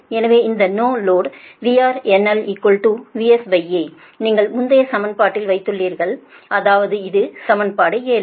எனவே இந்த நோ லோடை VRNL VSA நீங்கள் முந்தைய சமன்பாட்டில் வைத்துள்ளீர்கள் அதாவது இது சமன்பாடு 7